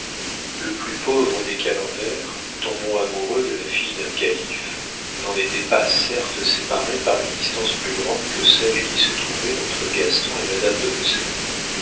le plus pauvre des calenders tombant amoureux de la fille d'un calife n'en était pas certes séparé par une distance plus grande que celle qui se trouvait entre gaston et madame de